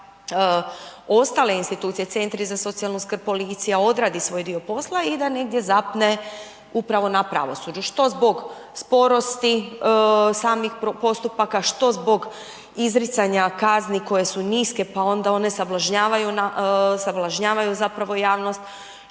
da ostale institucije, centri za socijalnu skrb, policija, odradi svoj dio posla i da negdje zapne upravo na pravosuđu, što zbog sporosti samih postupaka, što zbog izricanja kazni koje su niske pa onda one sablažnjavaju zapravo javnost,